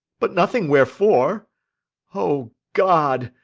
but nothing wherefore o god,